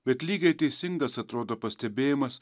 bet lygiai teisingas atrodo pastebėjimas